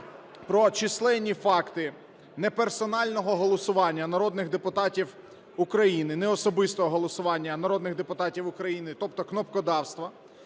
про численні факти неперсонального голосування народних депутатів України, неособистого голосування народних депутатів України, тобто кнопкодавство,